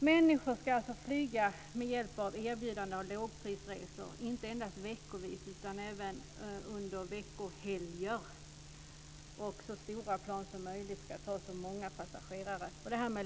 Människor ska alltså flyga med hjälp av erbjudande om lågprisresor inte endast i veckorna utan även under veckohelger. Så stora plan som möjligt ska ta så många passagerare som möjligt.